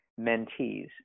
mentees